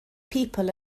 people